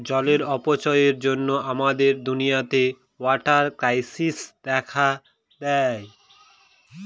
জলের অপচয়ের জন্য আমাদের দুনিয়াতে ওয়াটার ক্রাইসিস দেখা দেয়